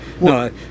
No